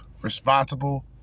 responsible